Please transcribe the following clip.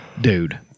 dude